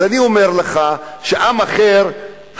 אז אני אומר לך שהעם האחר,